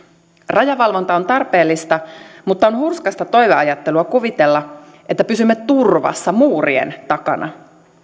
rajavalvonta on tarpeellista mutta on hurskasta toiveajattelua kuvitella että pysymme turvassa muurien takana